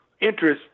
interest